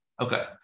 Okay